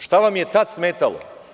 Šta vam je tada smetalo?